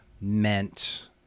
meant